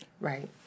right